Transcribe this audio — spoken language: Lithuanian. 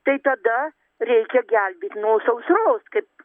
tai tada reikia gelbėt nuo sausros kaip